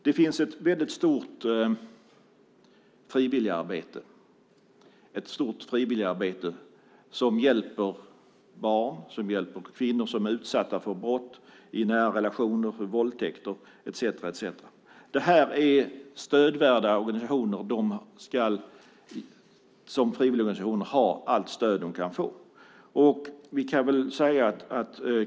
Det finns ett stort frivilligarbete som hjälper barn och som hjälper kvinnor som är utsatta för brott i närrelationer, våldtäkt, etcetera. Det är organisationer som är värda att stödja. De ska som frivilligorganisationer ha allt stöd de kan få.